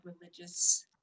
religious